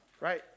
right